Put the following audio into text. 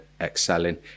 excelling